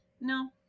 No